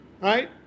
right